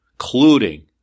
including